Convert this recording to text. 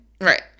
Right